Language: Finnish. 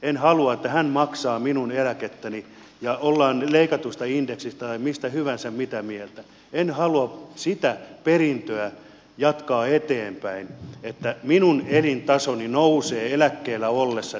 en halua että hän maksaa minun eläkettäni ja ollaan leikatusta indeksistä tai mistä hyvänsä mitä mieltä tahansa en halua jatkaa eteenpäin sitä perintöä että minun elintasoni nousee eläkkeellä ollessani